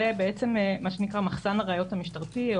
זה מה שנקרא מחסן הראיות המשטרתי,